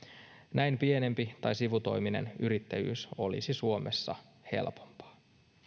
näin pienempi tai sivutoiminen yrittäjyys olisi suomessa helpompaa